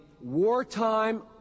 wartime